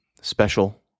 special